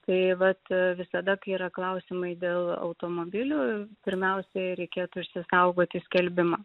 tai vat visada kai yra klausimai dėl automobilių pirmiausiai reikėtų išsisaugoti skelbimą